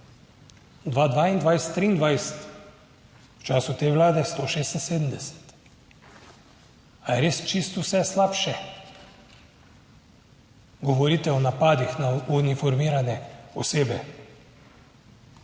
23, v času te vlade 176. Ali je res čisto vse slabše? Govorite o napadih na uniformirane osebe.